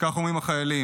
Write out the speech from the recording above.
כך אומרים החיילים.